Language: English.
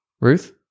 Ruth